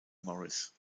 morris